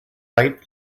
height